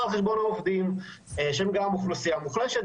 על חשבון העובדים שהם גם אוכלוסייה מוחלשת.